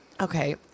Okay